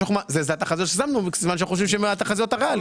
זו התחזית ששמנו, סימן שהן מהתחזיות הריאליות.